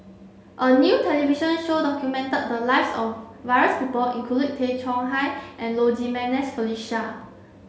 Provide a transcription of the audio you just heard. a new television show documented the lives of various people including Tay Chong Hai and Low Jimenez Felicia